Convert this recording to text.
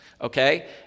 okay